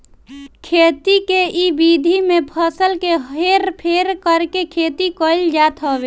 खेती के इ विधि में फसल के हेर फेर करके खेती कईल जात हवे